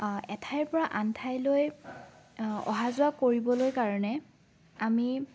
এঠাইৰ পৰা আন ঠাইলৈ অহা যোৱা কৰিবলৈ কাৰণে আমি